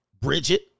Bridget